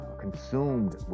consumed